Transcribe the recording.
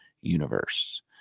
universe